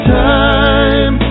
time